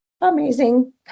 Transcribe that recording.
amazing